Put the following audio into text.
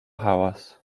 hałas